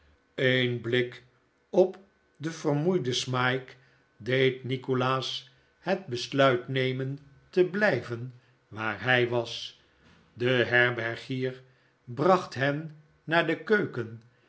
een blik op den vermoeiden smike deed nikolaas het besluit nemen te blijven waar hij was de herbergier bracht hen naar de keuken